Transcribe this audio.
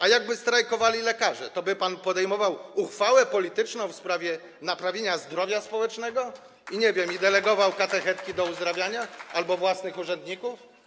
A jakby strajkowali lekarze, toby pan podejmował uchwałę polityczną w sprawie naprawienia zdrowia społecznego i, nie wiem, delegował katechetki do uzdrawiania albo własnych urzędników?